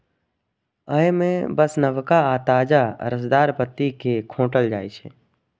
अय मे बस नवका आ ताजा रसदार पत्ती कें खोंटल जाइ छै